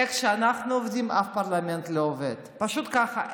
איך שאנחנו עובדים אף פרלמנט לא עובד, פשוט ככה.